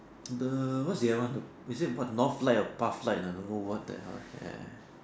the what's the other one is it what Northlight or Pass Light I don't know what the hell ya